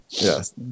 Yes